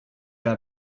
got